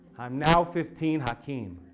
i'm now fifteen hakeem.